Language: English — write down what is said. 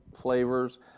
flavors